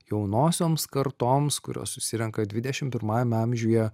jaunosioms kartoms kurios susirenka dvidešimt pirmajame amžiuje